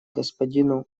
господину